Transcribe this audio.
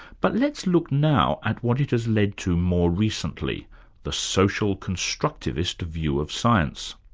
but let's look now at what it has led to more recently the social constructivist view of science.